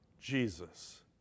Jesus